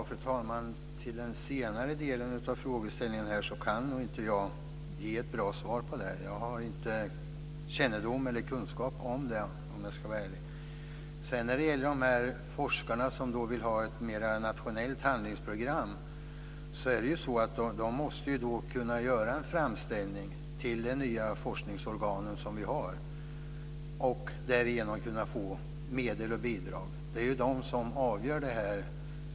Fru talman! I den senare delen av frågeställningen kan jag inte ge ett bra svar. Jag har inte kännedom eller kunskap om det, om jag ska vara ärligt. De forskare som vill har ett nationellt handlingsprogram måste kunna göra en framställning till de nya forskningsorgan som vi har. Därigenom kan de få medel och bidrag. De är forskningsorganen som avgör det.